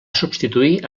substituir